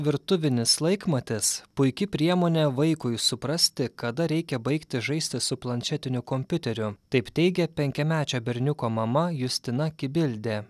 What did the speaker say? virtuvinis laikmatis puiki priemonė vaikui suprasti kada reikia baigti žaisti su planšetiniu kompiuteriu taip teigia penkiamečio berniuko mama justina kibildė